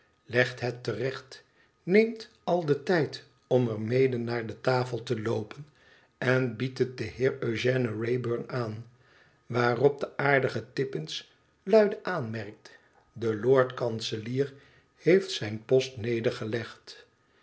legt het te recht neemt al den tijd om er mede naar de tafel te loopen en biedt het den heer ëugène wrayburn aan waarop de aardige tippins luide aanmerkt de lord kanselier heeft zijn post nedergelegd